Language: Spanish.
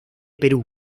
perú